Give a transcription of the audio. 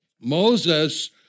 Moses